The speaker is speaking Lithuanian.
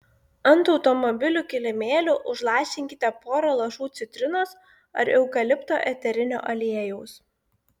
ant automobilių kilimėlių užlašinkite porą lašų citrinos ar eukalipto eterinio aliejaus